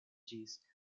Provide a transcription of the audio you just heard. ĝis